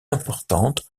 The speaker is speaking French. importante